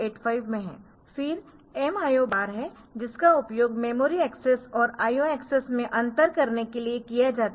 फिर M IO बार है जिसका उपयोग मेमोरी एक्सेस और IO एक्सेस में अंतर करने के लिए किया जाता है